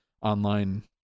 online